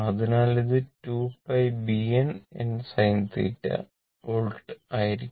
അതിനാൽ ഇത് 2 π B A N n sin θ volt ആയിരിക്കും